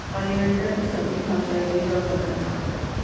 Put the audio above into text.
oleander के सभी भाग जहरीले और खतरनाक होते हैं